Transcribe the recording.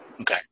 Okay